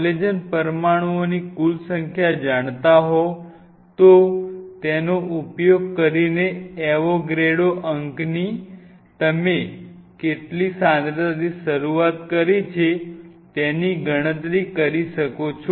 collagen પરમાણુઓની કુલ સંખ્યા જાણતા હોવ તો તેનો ઉપયોગ કરીને એવોગ્રેડો અંક ની તમે કેટલી સાંદ્રતાથી શરૂઆત કરી છે તેની ગણતરી કરી શકો છો